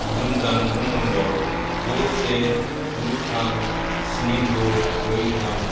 गुबुन जानबुं नम्बर द' से गु थाम स्नि द' ब्रै थाम